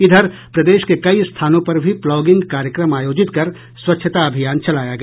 इधर प्रदेश के कई स्थानों पर भी प्लॉगिंग कार्यक्रम आयोजित कर स्वच्छता अभियान चलाया गया